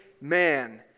man